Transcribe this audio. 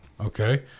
okay